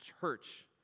church